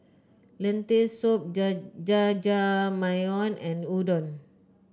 Lentil Soup Ja Jajangmyeon and Udon